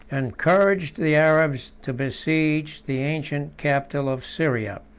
encouraged the arabs to besiege the ancient capital of syria.